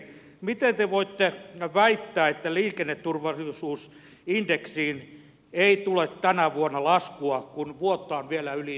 miten te voitte väittää että liikenneturvallisuusindeksiin ei tule tänä vuonna laskua kun vuotta on vielä yli neljännes jäljellä